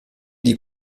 die